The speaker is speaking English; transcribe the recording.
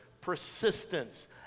persistence